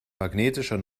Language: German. magnetischer